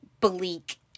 bleak